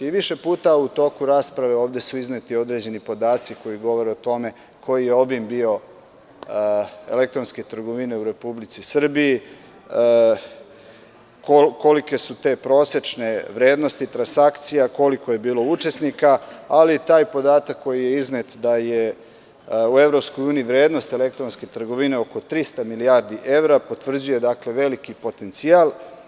Više puta u toku rasprave ovde su izneti određeni podaci koji govore o tome koji je obim bio elektronske trgovine u Republici Srbiji, kolike su te prosečne vrednosti transakcija, koliko je bilo učesnika, ali i taj podatak koji je iznet da je u EU vrednost elektronske trgovine oko 300 milijardi evra potvrđuje veliki potencijal.